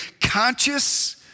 conscious